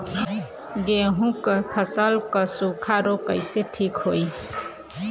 गेहूँक फसल क सूखा ऱोग कईसे ठीक होई?